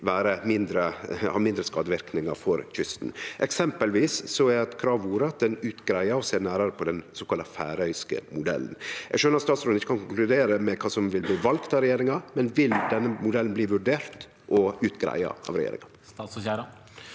ha mindre skadeverknader for kysten. Eksempelvis er det eit krav om at ein greier ut og ser nærare på den såkalla færøyske modellen. Eg skjønar at statsråden ikkje kan konkludere med kva som vil bli valt av regjeringa, men vil denne modellen bli vurdert og utgreidd av regjeringa?